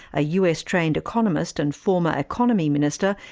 a us trained economist and former economy minister,